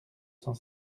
cent